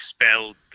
expelled